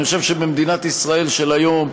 אני חושב שמדינת ישראל של היום,